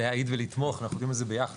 להעיד ולתמוך, אנחנו עובדים על זה ביחד.